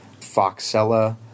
Foxella